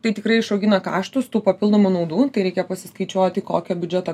tai tikrai išaugina kaštus tų papildomų naudų tai reikia pasiskaičiuoti kokią biudžeto